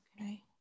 Okay